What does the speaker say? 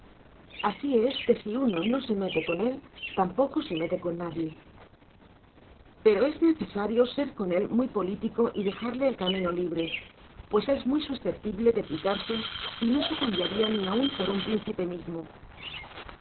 asi es que si uno no se mete con él tampoco se mete con nadie pero es necesario ser con él muy politico y dejarle el camino libre pues es muy susceptible de picarse y no se cambiaria ni aun por un principe mismo